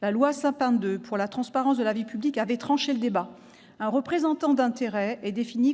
La loi relative à la transparence de la vie publique, dite Sapin II, avait tranché le débat en définissant un représentant d'intérêts